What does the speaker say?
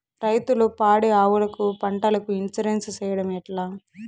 రైతులు పాడి ఆవులకు, పంటలకు, ఇన్సూరెన్సు సేయడం ఎట్లా?